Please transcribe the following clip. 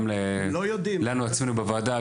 גם לנו עצמנו בוועדה,